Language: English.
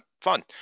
fun